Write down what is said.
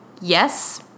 Yes